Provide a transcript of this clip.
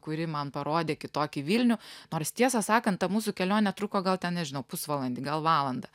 kuri man parodė kitokį vilnių nors tiesą sakant ta mūsų kelionė truko gal ten nežinau pusvalandį gal valandą